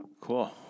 cool